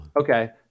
Okay